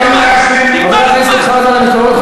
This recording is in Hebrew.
חבר הכנסת חזן, נגמר לו הזמן.